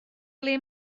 ble